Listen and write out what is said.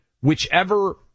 whichever